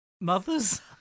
mothers